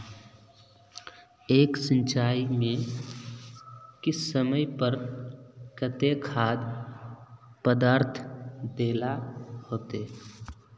एक सिंचाई में किस समय पर केते खाद पदार्थ दे ला होते?